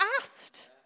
asked